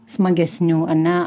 smagesnių ane